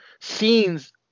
scenes